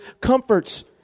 comforts